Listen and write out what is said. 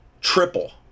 Triple